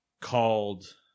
Called